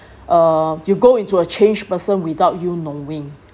uh you go into a changed person without you knowing